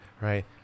right